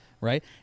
right